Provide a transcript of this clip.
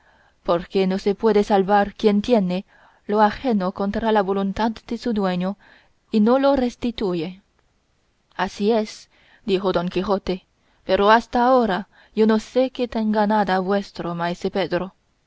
porque no se puede salvar quien tiene lo ajeno contra la voluntad de su dueño y no lo restituye así es dijo don quijote pero hasta ahora yo no sé que tenga nada vuestro maese pedro